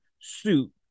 suit